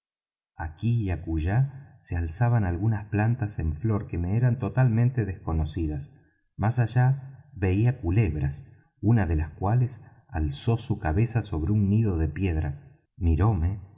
aquí y acullá se alzaban algunas plantas en flor que me eran totalmente desconocidas más allá veía culebras una de las cuales alzó su cabeza sobre su nido de piedra miróme